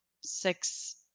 six